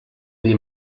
allí